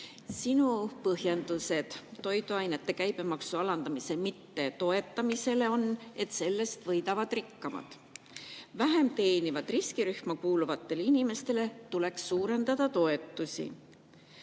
Sinu põhjendus toiduainete käibemaksu alandamise mittetoetamisele on, et sellest võidavad rikkamad. Vähem teenivatele riskirühma kuuluvatele inimestele tuleks suurendada toetusi.